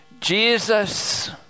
Jesus